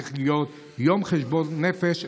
צריך להיות יום חשבון נפש,